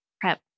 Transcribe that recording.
prep